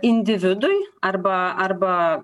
individui arba arba